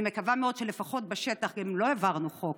אני מקווה מאוד שלפחות בשטח, אם לא העברנו חוק,